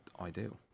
ideal